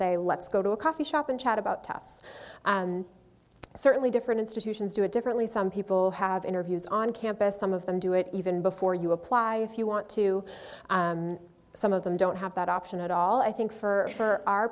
say let's go to a coffee shop and chat about tests certainly different institutions do it differently some people have interviews on campus some of them do it even before you apply if you want to some of them don't have that option at all i think for our